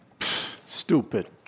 Stupid